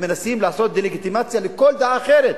מנסים לעשות דה-לגיטימציה לכל דעה אחרת.